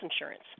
insurance